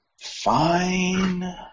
Fine